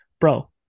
bro